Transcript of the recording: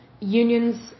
Unions